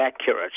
accurate